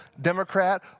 Democrat